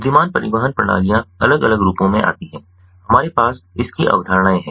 बुद्धिमान परिवहन प्रणालियाँ अलग अलग रूपों में आती हैं हमारे पास इसकी अवधारणाएँ हैं